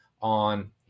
on